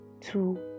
two